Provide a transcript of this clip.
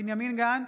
בנימין גנץ,